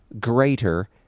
greater